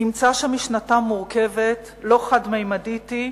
נמצא שמשנתם מורכבת, לא חד-ממדית היא,